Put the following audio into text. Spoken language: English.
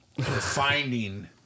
finding